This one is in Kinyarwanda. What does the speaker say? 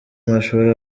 amashuri